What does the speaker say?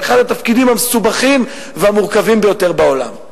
אחד התפקידים המסובכים והמורכבים ביותר בעולם.